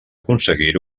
aconseguir